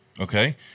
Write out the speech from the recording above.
Okay